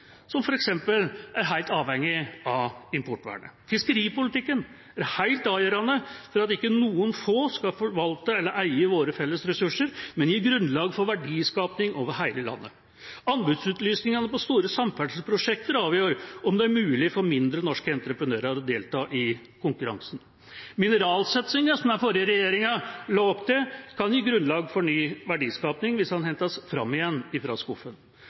som f.eks. er helt avhengig av importvernet. Fiskeripolitikken er helt avgjørende for at ikke noen få skal forvalte eller eie våre felles ressurser, men gi grunnlag for verdiskaping over hele landet. Anbudsutlysningene på store samferdselsprosjekter avgjør om det er mulig for mindre, norske entreprenører å delta i konkurransen. Mineralsatsingen som den forrige regjeringa la opp til, kan gi grunnlag for ny verdiskaping hvis den hentes fram igjen fra skuffen.